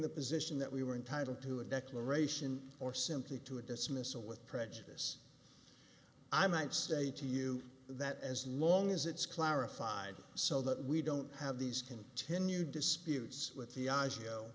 the position that we were entitled to a declaration or simply to a dismissal with prejudice i might say to you that as long as it's clarified so that we don't have these continued disputes with the